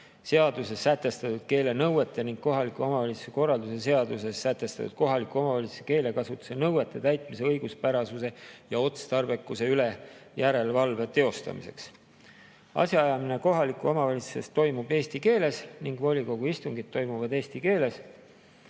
seaduses sätestatud keelenõuete ning kohaliku omavalitsuse korralduse seaduses sätestatud kohalike omavalitsuste keelekasutuse nõuete täitmise õiguspärasuse ja otstarbekuse üle järelevalve teostamiseks. Asjaajamine kohalikes omavalitsustes toimub eesti keeles ning volikogu istungid toimuvad eesti keeles.